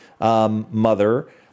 mother